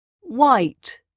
White